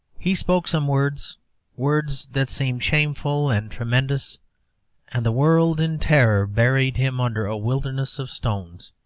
he spoke some words words that seemed shameful and tremendous and the world, in terror, buried him under a wilderness of stones.